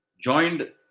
joined